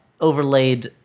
overlaid